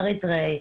אריתריאי,